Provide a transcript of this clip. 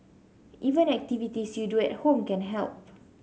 even activities you do at home can help